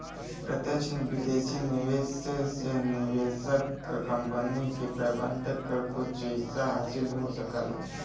प्रत्यक्ष विदेशी निवेश से निवेशक क कंपनी के प्रबंधन क कुछ हिस्सा हासिल हो सकला